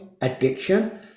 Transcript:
addiction